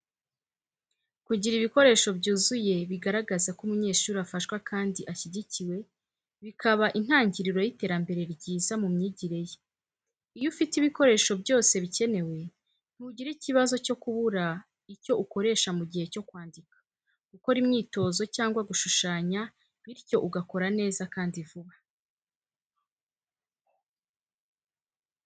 Kugira ibikoresho byuzuye bigaragaza ko umunyeshuri afashwa kandi ashyigikiwe, bikaba intangiriro y’iterambere ryiza mu myigire ye. Iyo ufite ibikoresho byose bikenewe, ntugira ikibazo cyo kubura icyo ukoresha mu gihe cyo kwandika, gukora imyitozo cyangwa gushushanya, bityo ugakora neza kandi vuba.